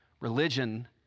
Religion